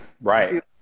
Right